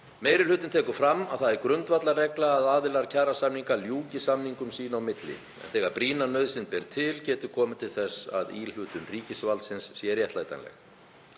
„Meiri hlutinn tekur fram að það er grundvallarregla að aðilar kjarasamninga ljúki samningum sín í milli. En þegar brýna nauðsyn ber til getur komið til þess að íhlutun ríkisvaldsins sé réttlætanleg.“